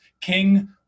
King